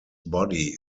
body